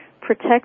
Protect